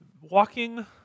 walking